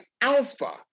Alpha